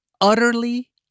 utterly